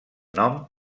nom